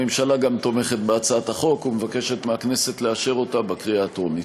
הממשלה תומכת בהצעת החוק ומבקשת מהכנסת לאשר אותה בקריאה הטרומית.